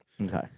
Okay